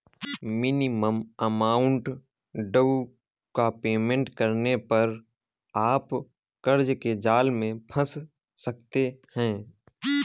minimum amount due का payment करने पर आप कर्ज के जाल में फंस सकते हैं